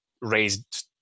raised